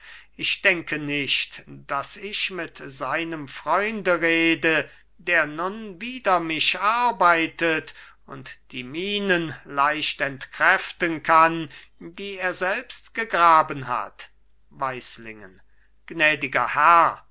ich denke nicht daß ich mit seinem freunde rede der nun wider mich arbeitet und die minen leicht entkräften kann die er selbst gegraben hat weislingen gnädiger herr